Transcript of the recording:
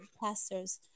pastors